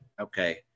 okay